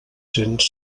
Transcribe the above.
cents